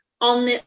on